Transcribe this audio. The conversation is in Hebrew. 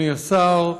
אדוני השר,